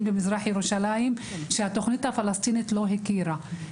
במזרח ירושלים שהתוכנית הפלסטינית לא הכירה בהם.